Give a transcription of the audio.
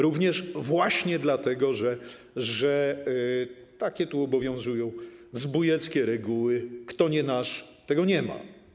Również właśnie dlatego, że takie tu obowiązują zbójeckie reguły - kto nie nasz, tego nie ma.